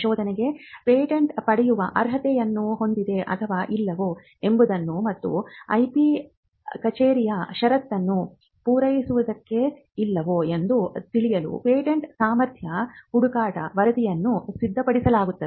ಸಂಶೋಧನೆಗೆ ಪೇಟೆಂಟ್ ಪಡೆಯುವ ಅರ್ಹತೆಯನ್ನು ಹೊಂದಿದೆ ಅಥವಾ ಇಲ್ಲವೋ ಎಂಬುದನ್ನು ಮತ್ತು IP ಕಚೇರಿಯ ಷರತ್ತುಗಳನ್ನು ಪೂರೈಸುತ್ತದೆಯೋ ಇಲ್ಲವೋ ಎಂದು ತಿಳಿಯಲು ಪೇಟೆಂಟ್ ಸಾಮರ್ಥ್ಯ ಹುಡುಕಾಟ ವರದಿಯನ್ನು ಸಿದ್ಧಪಡಿಸಲಾಗುತ್ತದೆ